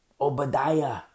Obadiah